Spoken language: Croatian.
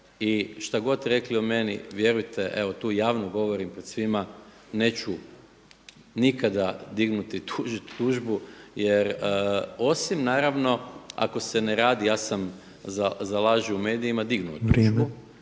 i šta god rekli o meni vjerujte evo tu javno govorim pred svima neću nikada dignuti i tužiti tužbi osim naravno ako se ne radi, ja sam za laž u medijima dignuo tužbu